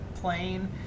plane